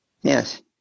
Yes